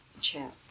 chat